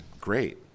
great